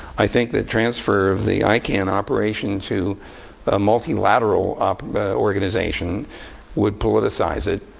i think that transfer of the icann operation to a multilateral organization would politicize it.